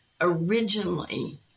Originally